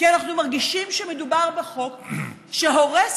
כי אנחנו מרגישים שמדובר בחוק שהורס